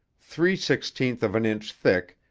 three sixteenth of an inch thick,